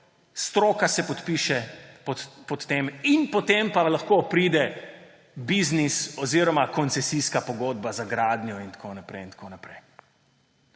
stroka se podpiše pod tem, potem pa lahko pride biznis oziroma koncesijska pogodba za gradnjo in tako naprej in tako naprej.